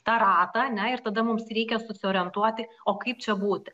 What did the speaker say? tą ratą ane ir tada mums reikia susiorientuoti o kaip čia būti